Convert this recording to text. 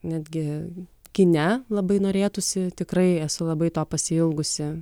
netgi kine labai norėtųsi tikrai esu labai to pasiilgusi